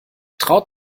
traut